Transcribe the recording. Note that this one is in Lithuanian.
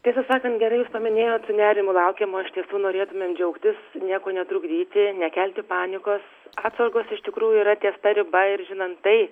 tiesą sakant gerai jūs paminėjot su nerimu laukiam o iš tiesų norėtumėm džiaugtis nieko netrukdyti nekelti panikos atsargos iš tikrųjų yra ties ta riba ir žinant tai